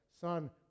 Son